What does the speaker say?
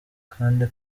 kandi